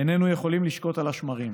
איננו יכולים לשקוט על השמרים.